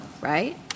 right